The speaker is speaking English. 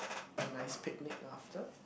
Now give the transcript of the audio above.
a nice picnic after